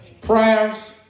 Prayers